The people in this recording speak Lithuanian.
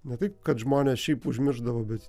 ne taip kad žmonės šiaip užmiršdavo bet